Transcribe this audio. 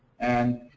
and